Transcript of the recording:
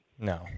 No